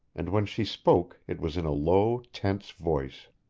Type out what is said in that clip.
and when she spoke it was in a low, tense voice.